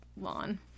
lawn